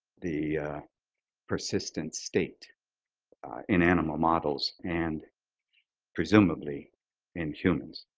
the persistent state in animal models and presumably in humans?